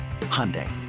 Hyundai